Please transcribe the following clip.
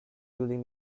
using